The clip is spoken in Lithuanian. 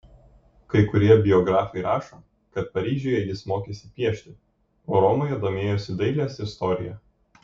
kai kurie biografai rašo kad paryžiuje jis mokėsi piešti o romoje domėjosi dailės istorija